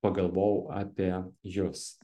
pagalvojau apie jus